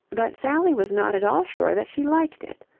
but sally was not at all sure that she liked it.